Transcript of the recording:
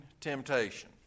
temptation